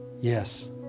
yes